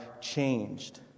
changed